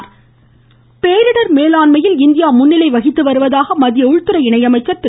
கிரண்டயிஜிஜு பேரிடர் மேலாண்மையில் இந்தியா முன்னிலை வகித்து வருவதாக மத்திய உள்துறை இணை அமைச்சர் திரு